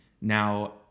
Now